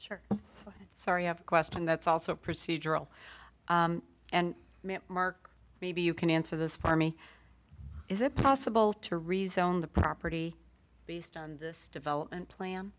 h sorry have a question that's also procedural and mark maybe you can answer this for me is it possible to rezone the property based on this development plan